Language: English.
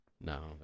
no